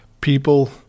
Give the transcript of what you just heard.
People